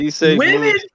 Women